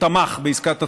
או תמך בעסקת הצוללות.